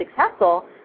successful